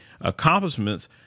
accomplishments